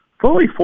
fully